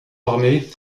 armé